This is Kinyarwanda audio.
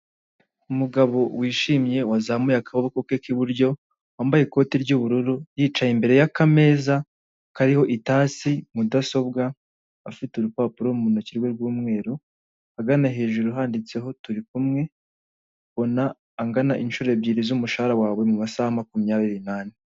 Umugabo wishimye wazamuye akaboko ke k'iburyo, wambaye ikote ry'ubururu, yicaye imbere y'akameza kariho itasi, mudasobwa, afite urupapuro mu ntoki rwe rw'umweru, ahagana hejuru handitseho turi kumwe, bona angana inshuro ebyiri z'umushahara wawe mu masaha makumyabiri n'ane.